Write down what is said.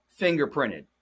fingerprinted